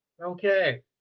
okay